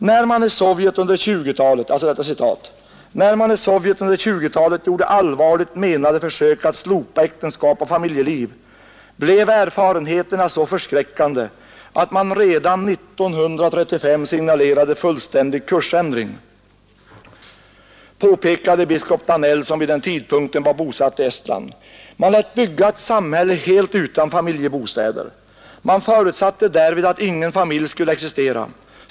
”När man i Sovjet under 20-talet gjorde allvarligt menade försök att slopa äktenskap och familjeliv, blev erfarenheterna så förskräckande, att man redan 1935 signalerade fullständig kursändring, påpekade biskop Danell som vid den tidpunkten var bosatt i Estland. Man lät bygga ett samhälle helt utan familjebostäder. Man förutsatte därvid att ingen familj skulle existera.